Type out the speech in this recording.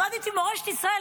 למדתי מורשת ישראל.